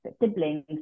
siblings